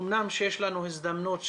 אמנם יש לנו הזדמנות,